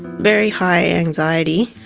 very high anxiety.